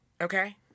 Okay